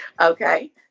Okay